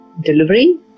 delivery